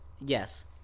Yes